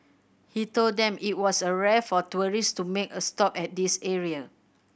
he told them it was a rare for tourists to make a stop at this area